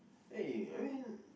eh I mean